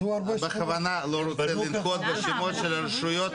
אני בכוונה לא רוצה לנקוט בשמות של הרשויות,